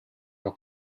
ciò